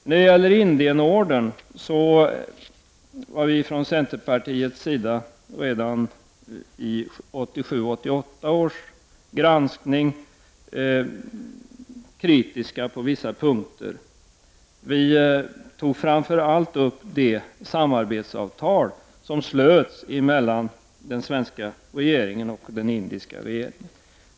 När det gäller Indienordern var vi från centerpartiets sida redan i 1987/88 års granskning kritiska på vissa punkter. Vi tog framför allt upp det samarbetsavtal som slöts mellan den svenska regeringen och den indiska.